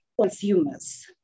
consumers